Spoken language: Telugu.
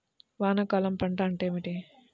వానాకాలం పంట అంటే ఏమిటి?